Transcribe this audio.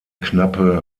knappe